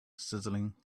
sizzling